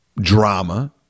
drama